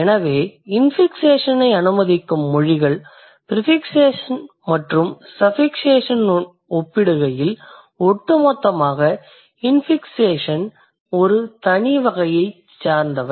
எனவே இன்ஃபிக்ஸேஷனை அனுமதிக்கும் மொழிகள் ப்ரிஃபிக்ஸேஷன் மற்றும் சஃபிக்ஸேஷனுடன் ஒப்பிடுகையில் ஒட்டுமொத்தமாக இன்ஃபிக்ஸேஷன் ஒரு தனி வகையைச் சேர்ந்தவை